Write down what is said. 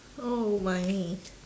oh my